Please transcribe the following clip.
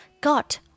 got